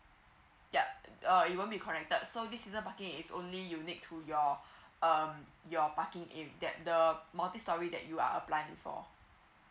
yup uh it won't be connected so this season parking is only unique to your um your parking in that the multi storey that you are applying for